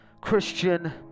Christian